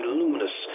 luminous